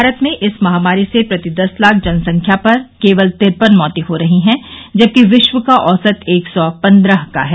भारत में इस महामारी से प्रति दस लाख जनसंख्या पर केवल तिरपन मौतें हो रही हैं जबकि विश्व का औसत एक सौ पन्द्रह का है